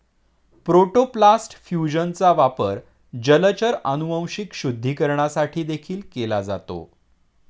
protoplast फ्यूजनचा वापर जलचर अनुवांशिक शुद्धीकरणासाठी देखील केला जातो